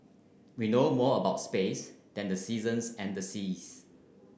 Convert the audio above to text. we know more about space than the seasons and the seas